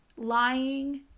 lying